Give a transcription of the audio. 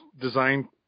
design